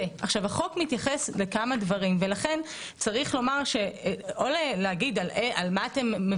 החוק מתייחס לכמה דברים ולכן צריך לומר על מה אתם בעצם